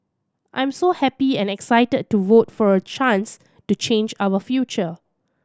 I'm so happy and excited to vote for a chance to change our future